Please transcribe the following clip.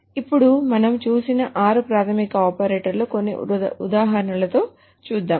కాబట్టి ఇప్పుడు మనము చూసిన ఆరు ప్రాథమిక ఆపరేటర్లను కొన్ని ఉదాహరణలతో చూద్దాము